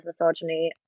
misogyny